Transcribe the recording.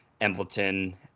Embleton